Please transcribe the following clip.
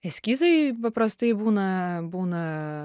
eskizai paprastai būna būna